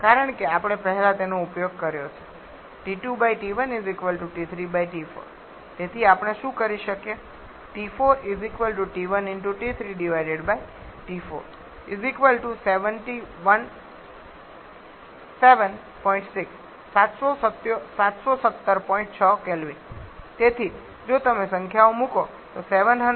કારણ કે આપણે પહેલા તેનો ઉપયોગ કર્યો છે તેથી આપણે શું કરી શકીએ તેથી જો તમે સંખ્યાઓ મુકો તો તે 717